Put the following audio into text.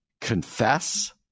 Confess